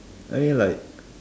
I eat like